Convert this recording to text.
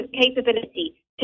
capability